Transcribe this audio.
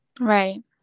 Right